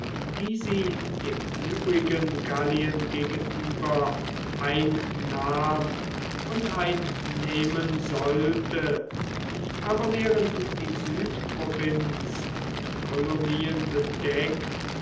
die sie dem übrigen gallien gegenüber einnahm und einnehmen sollte aber während die südprovinz mit kolonien bedeckt